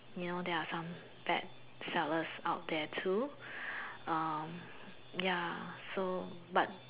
you know there are some bad sellers out there too um ya so but